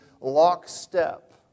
lockstep